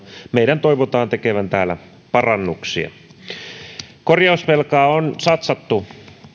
meidän toivotaan tekevän täällä parannuksia korjausvelkaan on satsattu